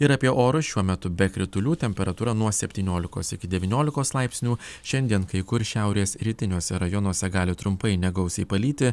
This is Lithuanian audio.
ir apie orus šiuo metu be kritulių temperatūra nuo septyniolikos iki devyniolikos laipsnių šiandien kai kur šiaurės rytiniuose rajonuose gali trumpai negausiai palyti